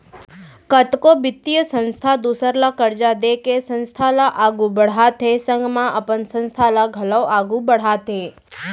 कतको बित्तीय संस्था दूसर ल करजा देके संस्था ल आघु बड़हाथे संग म अपन संस्था ल घलौ आघु बड़हाथे